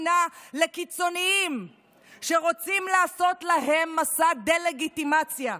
המדינה לקיצוניים שרוצים לעשות להם מסע דה-לגיטימציה?